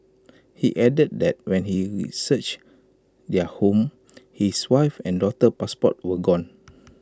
he added that when he researched their home his wife's and daughter's passports were gone